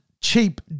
cheap